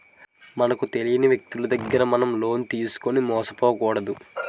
మనకు తెలియని వ్యక్తులు దగ్గర మనం లోన్ తీసుకుని మోసపోకూడదు